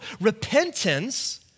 repentance